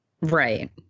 Right